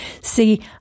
See